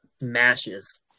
mashes